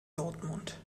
dortmund